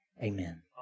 Amen